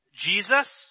Jesus